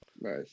nice